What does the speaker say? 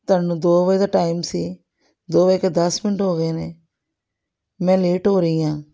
ਤੁਹਾਨੂੰ ਦੋ ਵਜੇ ਦਾ ਟਾਈਮ ਸੀ ਦੋ ਵਜ ਕੇ ਦਸ ਮਿੰਟ ਹੋ ਗਏ ਨੇ ਮੈਂ ਲੇਟ ਹੋ ਰਹੀ ਹਾਂ